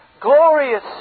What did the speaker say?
glorious